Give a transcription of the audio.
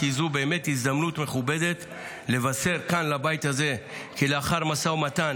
כי זו באמת הזדמנות מכובדת לבשר כאן לבית הזה כי לאחר משא ומתן